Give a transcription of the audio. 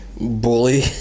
bully